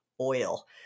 oil